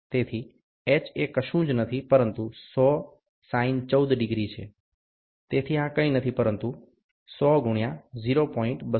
તેથી h એ કશું જ નથી પરંતુ 100 sin14 ડિગ્રી છે તેથી આ કંઈ નથી પરંતુ 100 ગુણ્યા 0